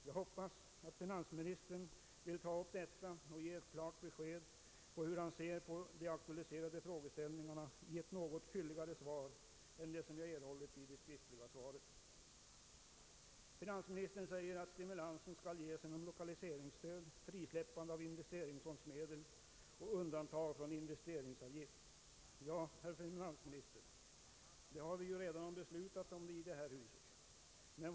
Jag hoppas att finansministern vill ta upp detta och ge klart besked om hur han ser de aktualiserade frågeställningarna i ett något fylligare svar än det som jag erhållit i det skriftliga svaret. Finansministern säger att stimulansen skall ges genom lokaliseringsstöd, frisläppande av investeringsfondsmedel och undantag från investeringsavgift. Ja, herr finansminister, det har vi redan beslutat om i det här huset.